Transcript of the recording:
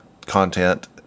content